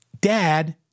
Dad